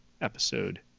episode